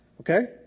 okay